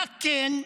מה כן קרה?